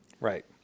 Right